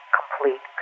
complete